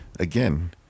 again